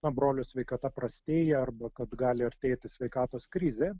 na brolio sveikata prastėja arba kad gali artėti sveikatos krizė